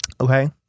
Okay